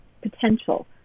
potential